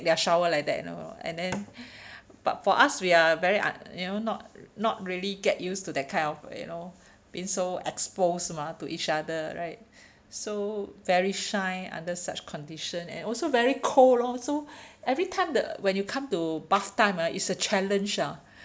their shower like that you know and then but for us we are very un~ you know not not really get used to that kind of you know been so exposed mah to each other right so very shy under such condition and also very cold lor so every time the when you come to bath time ah it's a challenge ah